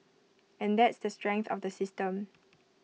and that's the strength of the system